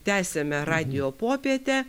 tęsiame radijo popietę